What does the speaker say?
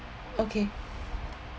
okay